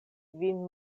vin